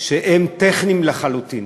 שהם טכניים לחלוטין.